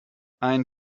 einen